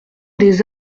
des